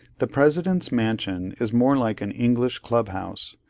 the president's mansion is more like an english club-house,